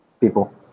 people